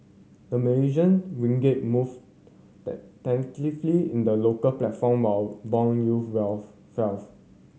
the Malaysian ringgit moved tentatively in the local platform while bond yields